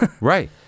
Right